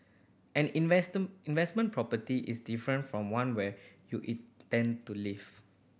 an investment property is different from one where you intend to live